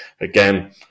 Again